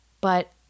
But-